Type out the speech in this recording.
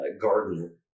gardener